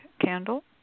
candle